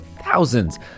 thousands